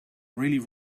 really